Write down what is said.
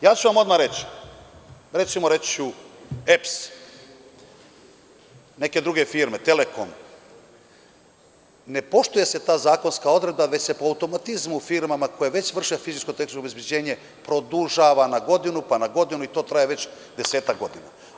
Odmah ću vam reći, recimo EPS, neke druge firme, „Telekom“, ne poštuje se ta zakonska odredba, već se po automatizmu firmama koje već vrše fizičko tehničko obezbeđenje produžava na godinu, pa na godinu i to traje već desetak godina.